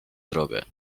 drogę